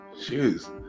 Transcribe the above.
shoes